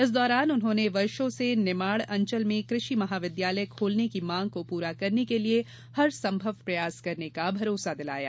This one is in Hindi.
इस दौरान उन्होंने वर्षो से निमाड़ अंचल में कृषि महाविद्यालय खोलने की माँग को पूरा करने के लिये हर सम्भव प्रयास करने का भरोसा दिलाया